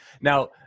Now